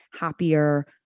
happier